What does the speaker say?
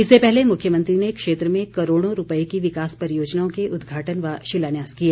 इससे पहले मुख्यमंत्री ने क्षेत्र में करोड़ों रूपए की विकास परियोजनाओं के उदघाटन व शिलान्यास किए